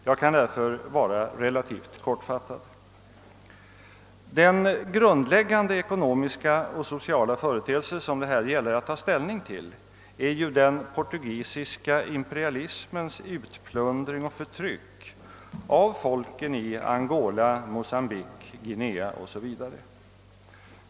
Jag kan därför vara relativt kortfattad. Den grundläggande ekonomiska och sociala företeelse som det här gäller att ta ställning till är ju den portugisiska imperialismens utplundring och förtryck av folken i Angola, Mocambique, Guinea o.s.v.